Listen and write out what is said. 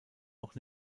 auch